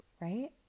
right